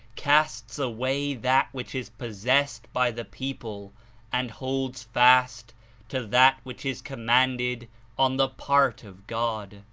casts away that which is possessed by the people and holds fast to that which is commanded on the part of god,